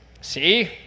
See